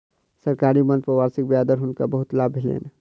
सरकारी बांड पर वार्षिक ब्याज सॅ हुनका बहुत लाभ भेलैन